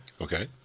Okay